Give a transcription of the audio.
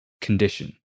condition